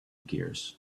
gears